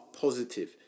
positive